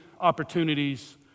opportunities